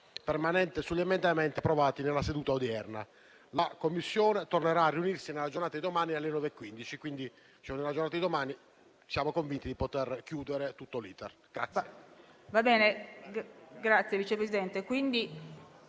permanente sugli emendamenti approvati nella seduta odierna. La Commissione tornerà a riunirsi nella giornata di domani alle ore 9,15, quindi nella giornata di domani siamo convinti di poter concludere tutto l'*iter*.